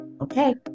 Okay